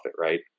right